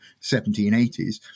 1780s